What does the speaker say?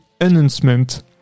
announcement